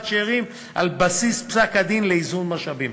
שאירים על בסיס פסק-הדין לאיזון משאבים.